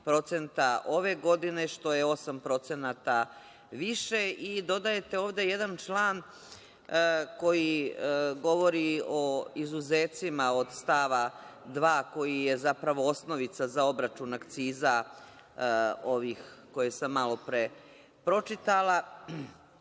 ove godine, što je 8% više. Ovde dodajete jedan član koji govori o izuzecima od stava 2. koji je zapravo osnovica za obračun akciza ovih koje sam malopre pročitala.